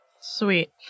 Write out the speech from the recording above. Sweet